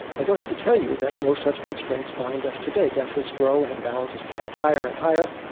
i don't have to tell you that no such constraints bind us today. deficits grow and imbalances pile higher and higher,